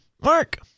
Mark